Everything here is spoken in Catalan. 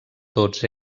tots